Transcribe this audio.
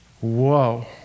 Whoa